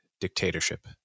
dictatorship